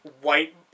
white